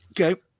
Okay